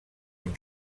have